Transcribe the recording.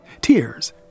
Tears